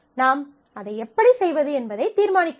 நாம் அதை எப்படி செய்வது என்பதை தீர்மானிக்க வேண்டும்